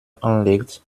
anlegt